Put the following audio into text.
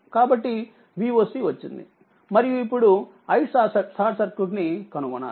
కాబట్టిVoc వచ్చిందిమరియు ఇప్పుడు iSC ని కనుగొనాలి